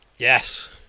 Yes